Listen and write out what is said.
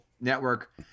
Network